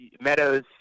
Meadows